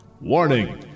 Warning